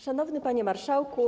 Szanowny Panie Marszałku!